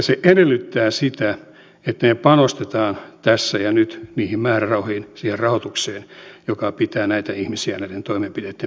se edellyttää sitä että me panostamme tässä ja nyt niihin määrärahoihin siihen rahoitukseen joka pitää näitä ihmisiä näiden toimenpiteitten piirissä